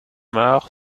marc